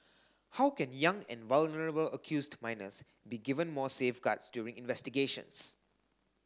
how can young and vulnerable accused minors be given more safeguards during investigations